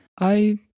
I-